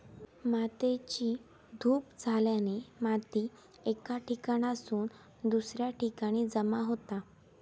मातेची धूप झाल्याने माती एका ठिकाणासून दुसऱ्या ठिकाणी जमा होता